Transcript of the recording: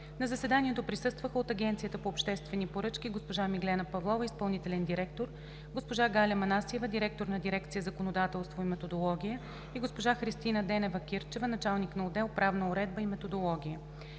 На заседанието присъстваха от Агенцията по обществени поръчки: госпожа Миглена Павлова – изпълнителен директор, госпожа Галя Манасиева – директор на дирекция „Законодателство и методология“, и госпожа Христина Денева-Кирчева – началник на отдел „Правна уредба и методология“.